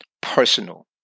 personal